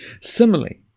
similarly